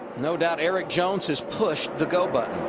no doubt erik jones has pushed the go button.